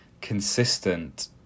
consistent